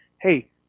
hey